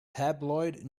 tabloid